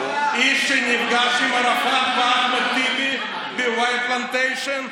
איש שנפגש עם ערפאת ואחמד טיבי בוואי פלנטיישן,